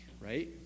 right